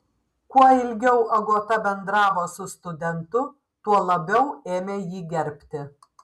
kuo ilgiau agota bendravo su studentu tuo labiau ėmė jį gerbti